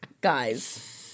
guys